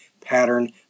pattern